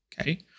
okay